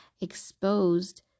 exposed